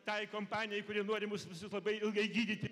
tai kompanijai kuri nori mus visus labai ilgai gydyti